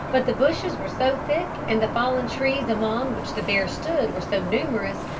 but the bushes were so thick and the fallen trees among which the bear stood were so numerous,